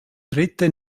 dritte